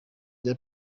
rya